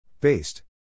Based